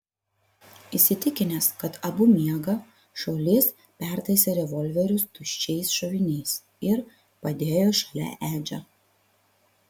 įsitikinęs kad abu miega šaulys pertaisė revolverius tuščiais šoviniais ir padėjo šalia edžio